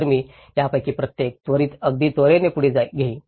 तर मी यापैकी प्रत्येक त्वरित अगदी त्वरेने पुढे घेईन